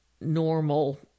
normal